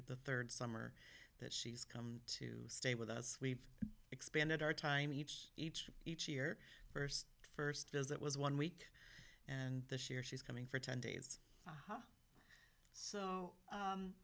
the third summer that she's come to stay with us we've expanded our time each each each year first first visit was one week and this year she's coming for ten days